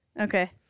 Okay